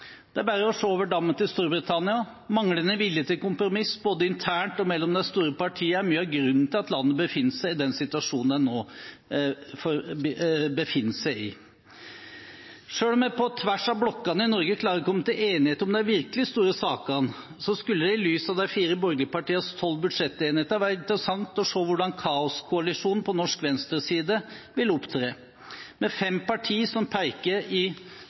Det er bare å se over dammen til Storbritannia. Manglende vilje til kompromiss, både internt og mellom de store partiene, er mye av grunnen til at landet befinner seg i den situasjonen det nå befinner seg i. Men selv om vi på tvers av blokkene klarer å komme til enighet om de virkelig store sakene, skulle det – i lys av de fire borgerlige partienes tolv budsjettenigheter – ha vært interessant å se hvordan kaoskoalisjonen på norsk venstreside vil opptre, med fem partier som peker i